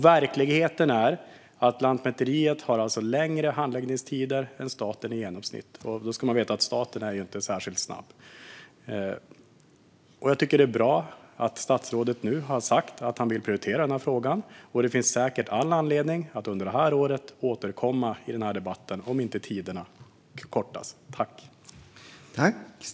Verkligheten är att Lantmäteriet har längre handläggningstider än staten i genomsnitt, och då ska man veta att staten inte är särskilt snabb. Jag tycker att det är bra att statsrådet nu har sagt att han vill prioritera denna fråga. Det finns säkert all anledning att under året återkomma till den här debatten om inte tiderna kortas.